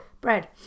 bread